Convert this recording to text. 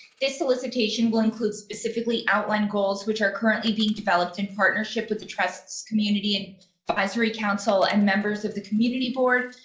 this solicitation will include specifically outline goals, which are currently being developed in partnership with the trusts community visory council and members of the community board.